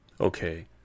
Okay